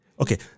Okay